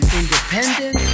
independent